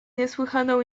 niesłychaną